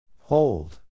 Hold